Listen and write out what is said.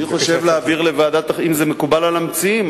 אם זה מקובל על המציעים,